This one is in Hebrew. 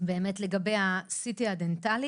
לגבי ה-CT הדנטלי